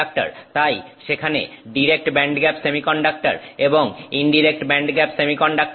তাই সেখানে direct bandgap semiconductor এবং ইনডিরেক্ট ব্যান্ডগ্যাপ সেমিকন্ডাক্টর আছে